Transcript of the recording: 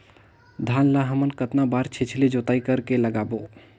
धान ला हमन कतना बार छिछली जोताई कर के लगाबो?